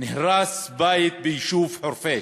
נהרס בית ביישוב חורפיש.